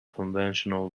conventional